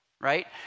right